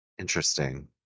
Interesting